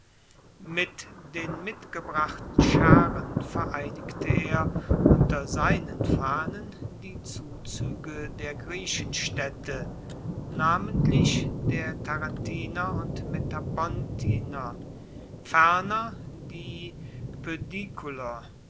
mit den mitgebrachten scharen vereinigte er unter seinen fahnen die zuzuege der griechenstaedte namentlich der tarentiner und metapontiner ferner die